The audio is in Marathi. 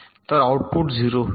तर आउटपुट 0 होईल